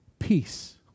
peace